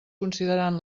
considerant